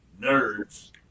nerds